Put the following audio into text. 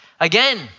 Again